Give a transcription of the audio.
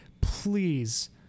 please